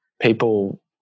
people